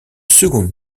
seconde